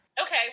Okay